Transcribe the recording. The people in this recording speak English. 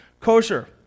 kosher